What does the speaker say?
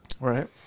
Right